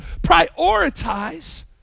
prioritize